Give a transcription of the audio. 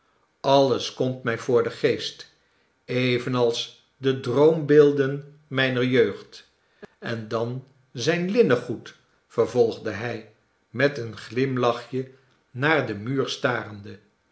alles komt mij voor den geest evenals de droombeelden mijner jeugd en dan zijn linnengoed vervolgde hij met een glimlachje naar den muur starende